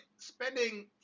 spending